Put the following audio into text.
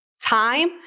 time